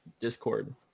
Discord